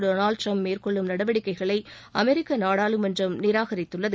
Donald Trump மேற்கொள்ளும் சவுதிக்கு நடவடிக்கைகளை அமெரிக்க நாடாளுமன்றம் நிராகரித்துள்ளது